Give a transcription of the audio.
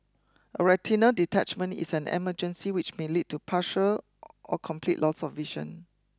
a retinal detachment is an emergency which may lead to partial or complete loss of vision